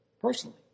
personally